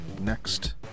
next